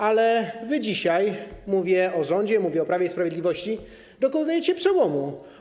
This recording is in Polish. Ale wy dzisiaj, mówię o rządzie, mówię o Prawie i Sprawiedliwości, dokonujecie przełomu.